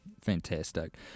Fantastic